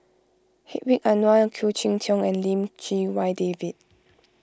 Hedwig Anuar Khoo Cheng Tiong and Lim Chee Wai David